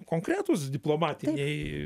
konkretūs diplomatiniai